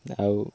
ଆଉ